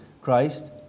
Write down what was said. Christ